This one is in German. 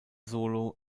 solo